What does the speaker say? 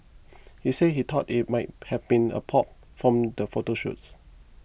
he said he thought it might have been a prop from the photo shoots